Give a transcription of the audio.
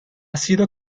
sido